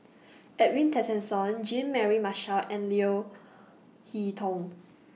Edwin Tessensohn Jean Mary Marshall and Leo Hee Tong